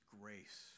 grace